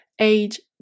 age